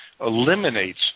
eliminates